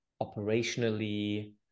operationally